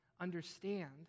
understand